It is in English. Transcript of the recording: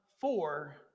four